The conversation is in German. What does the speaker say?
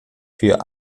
für